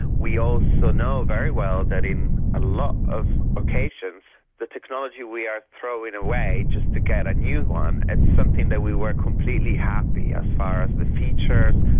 we also know very well that in a lot of occasions the technology we are throwing away just to get a new one, it's something that we were completely happy as far as the features,